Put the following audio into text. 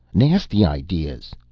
nasty ideas.